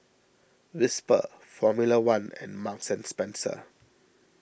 Whisper Formula one and Marks Spencer